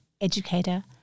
educator